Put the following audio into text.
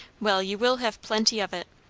well, you will have plenty of it.